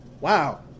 Wow